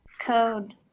code